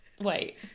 Wait